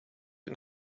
and